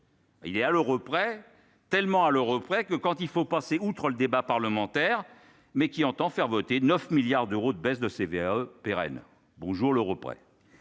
Il est à l'euro près tellement à l'Euro près que quand il faut passer outre le débat parlementaire, mais qu'il entend faire voter 9 milliards d'euros de baisses de CVAE pérenne, bonjour l'euro près